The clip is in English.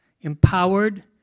empowered